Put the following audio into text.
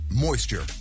moisture